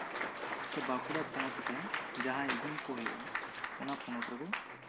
ᱥᱮ ᱵᱟᱸᱠᱩᱲᱟ ᱯᱚᱱᱚᱛ ᱨᱮ ᱡᱟᱦᱟᱸ ᱤᱵᱷᱮᱱᱴ ᱠᱚ ᱦᱩᱭᱩᱜᱼᱟ ᱚᱱᱟ ᱯᱚᱱᱚᱛ ᱨᱮᱵᱚ